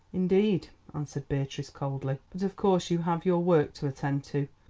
indeed, answered beatrice coldly. but of course you have your work to attend to.